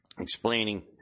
explaining